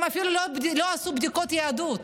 הם אפילו לא עשו בדיקת יהדות,